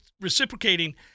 reciprocating